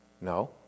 no